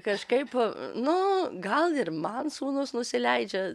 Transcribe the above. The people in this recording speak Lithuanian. kažkaip nu gal ir man sūnus nusileidžia